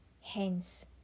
hence